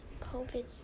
COVID